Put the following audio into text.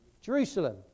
Jerusalem